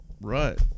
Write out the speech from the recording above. right